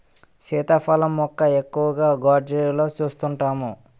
సీతాఫలం మొక్క ఎక్కువగా గోర్జీలలో సూస్తుంటాము